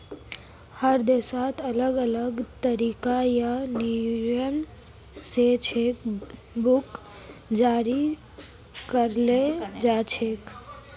हर देशत अलग अलग तरीका या नियम स चेक बुक जारी कराल जाछेक